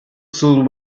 soon